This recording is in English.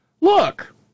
Look